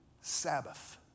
Sabbath